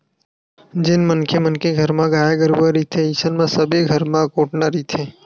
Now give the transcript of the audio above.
जेन मनखे मन घर गाय गरुवा रहिथे अइसन म सबे घर म कोटना रहिथे